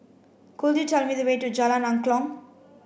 could you tell me the way to Jalan Angklong